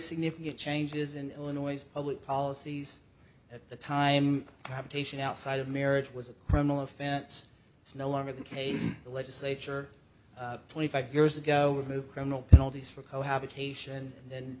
significant changes in illinois public policies at the time have taishan outside of marriage was a criminal offense it's no longer the case the legislature twenty five years ago with new criminal penalties for cohabitation then